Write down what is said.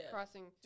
Crossing